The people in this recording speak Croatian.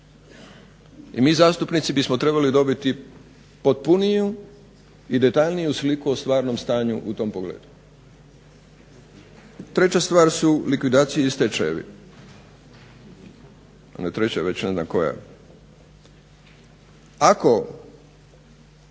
i mi zastupnici bismo trebali dobiti potpuniju i detaljniju sliku o stvarnom stanju u tom pogledu. Treća stvar su likvidacije i stečajevi. Ne treća već ne znam koja.